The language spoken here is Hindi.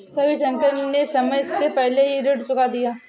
रविशंकर ने समय से पहले ही ऋण चुका दिया